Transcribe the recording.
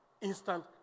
instant